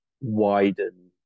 widen